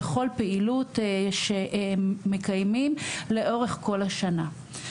בכל פעילות שהם מקיימים לאורך כל השנה.